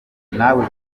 nawe